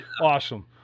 Awesome